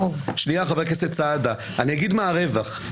האחד,